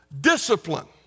Discipline